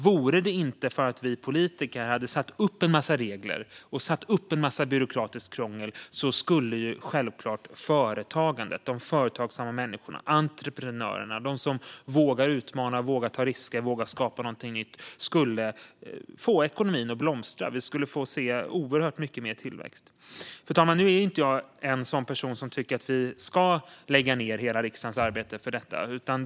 Vore det inte för att vi politiker hade satt upp en massa regler och en massa byråkratiskt krångel skulle självklart företagandet - de företagsamma människorna, entreprenörerna, de som vågar utmana, ta risker och skapa något nytt - få ekonomin att blomstra. Vi skulle få se oerhört mycket mer tillväxt. Nu är ju inte jag en sådan person som tycker att vi ska lägga ned hela riksdagens arbete för detta, fru talman.